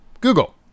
Google